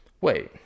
Wait